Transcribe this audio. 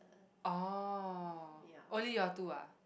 oh only you all two ah